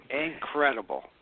Incredible